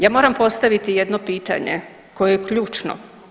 Ja moram postaviti jedno pitanje koje je ključno.